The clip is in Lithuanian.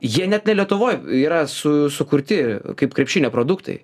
jie net ne lietuvoj yra su sukurti kaip krepšinio produktai